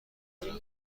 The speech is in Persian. دارم